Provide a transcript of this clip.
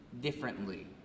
differently